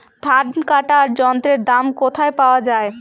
ধান কাটার যন্ত্রের দাম কোথায় পাওয়া যায়?